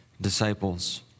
disciples